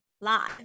live